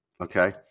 okay